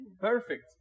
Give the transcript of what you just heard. Perfect